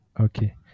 Okay